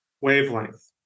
wavelength